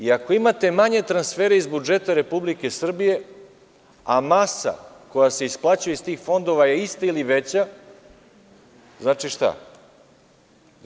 Ako imate manje transfere iz budžeta Republike Srbije a masa koja se isplaćuje iz tih fondova je ista ili veća, znači šta?